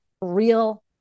real